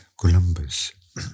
Columbus